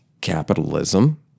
capitalism